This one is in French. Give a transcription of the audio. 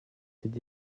cette